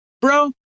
bro